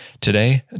today